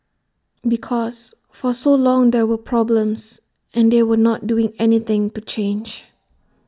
because for so long there were problems and they were not doing anything to change